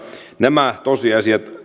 nämä tosiasiat